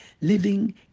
living